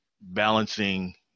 balancing